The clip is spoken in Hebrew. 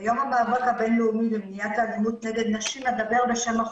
ביום המאבק הבין לאומי למניעת האלימות נגד נשים אדבר בשם אחותי,